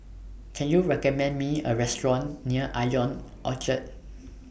Can YOU recommend Me A Restaurant near Ion Orchard